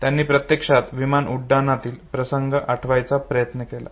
त्यांनी प्रत्यक्षात विमान उड्डाणातील प्रसंग आठवण्याचा प्रयत्न केला